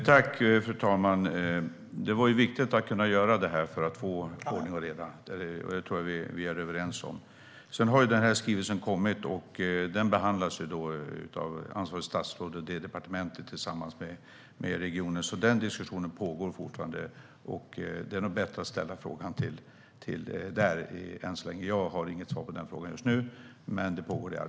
Fru talman! Det var viktigt att göra detta, för att få ordning och reda. Det tror jag att vi är överens om. Sedan har ju den här skrivelsen kommit, och den behandlas då av ansvarigt statsråd och det departementet tillsammans med regionen. Diskussionen pågår alltså fortfarande, och det är nog bättre att ställa frågan dit än så länge. Jag har inget svar på frågan just nu, men arbete pågår.